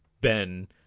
Ben